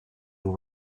will